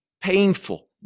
painful